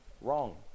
wrong